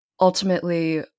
ultimately